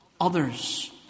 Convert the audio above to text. others